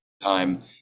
time